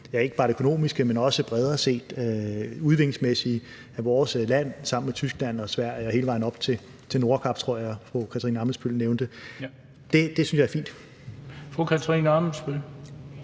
ikke bare økonomisk, men også bredere set, altså udviklingsmæssigt for vores land sammen med Tyskland og Sverige og hele vejen op til Nordkap, som jeg tror fru Katarina Ammitzbøll nævnte. Det synes jeg er fint.